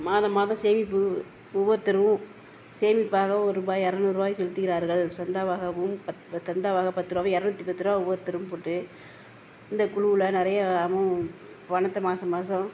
மாதம் மாதம் சேமிப்பு ஒவ்வொருத்தரும் சேமிப்பாக ஒரு ரூபாய் இரநூறு ரூபாய் செலுத்துகிறார்கள் சந்தாவாகவும் பத் இப்போ சந்தாவாக பத்து ரூபாவும் இரநூத்தி பத்து ரூபா ஒவ்வொருத்தரும் போட்டு இந்த குழுவில் நிறையாவும் பணத்தை மாதம் மாதம்